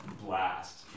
blast